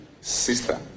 sister